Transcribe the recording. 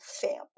family